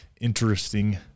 Interesting